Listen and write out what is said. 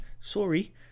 sorry